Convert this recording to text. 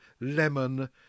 lemon